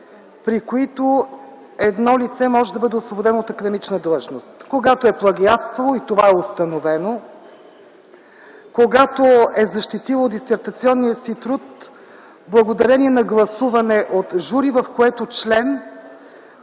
при които едно лице може да бъде освободено от академична длъжност – когато е плагиатствало и това е установено; когато е защитило дисертационния си труд, благодарение на гласуване от жури, в което член